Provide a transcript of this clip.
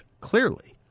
clearly